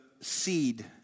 seed